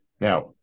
Now